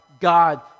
God